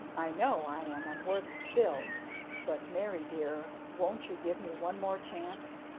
i know i am unworthy still but, mary dear, won't you give me one more chance?